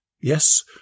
Yes